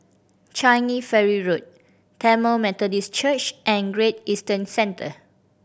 Changi Ferry Road Tamil Methodist Church and Great Eastern Centre